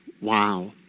Wow